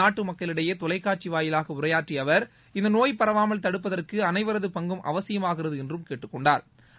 நாட்டு மக்களிடையே தொலைக்காட்சி வாயிலாக உரையாற்றிய அவர் இந்த நோய் பரவாமல் தடுப்பதற்கு அனைவரது பங்கும் அவசியமாகிறது என்று கேட்டுக் கொண்டாா்